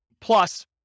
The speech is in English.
plus